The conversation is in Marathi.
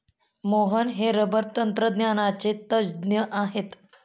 मोहन हे रबर तंत्रज्ञानाचे तज्ज्ञ आहेत